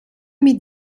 mit